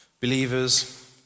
believers